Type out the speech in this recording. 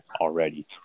already